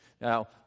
Now